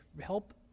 help